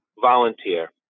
volunteer